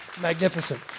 Magnificent